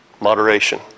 moderation